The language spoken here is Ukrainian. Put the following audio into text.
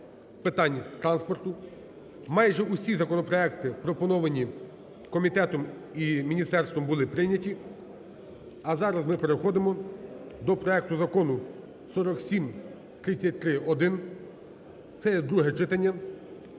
майже усі законопроекти, пропоновані комітетом і міністерством, були прийняті. А зараз ми переходимо до проекту Закону 4733-1. Це є друге читання,